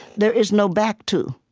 there is no back to.